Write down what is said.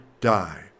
die